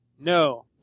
No